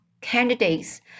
candidates